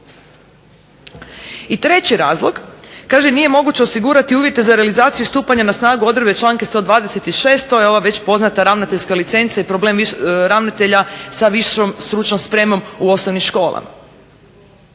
I treći razlog, kaže nije moguće osigurati uvjete za realizaciju stupanja na snagu odredbe članka 126. To je ova već poznata ravnateljska licenca i problem ravnatelja sa višom stručnom spremom u osnovnim školama.